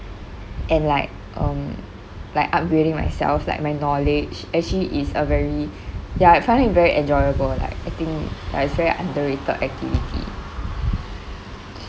and like um like upgrading myself like my knowledge actually it's a very ya I find it very enjoyable like I think like it's very underrated activity